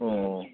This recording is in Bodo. अह